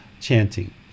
chanting